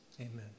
Amen